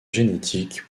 génétique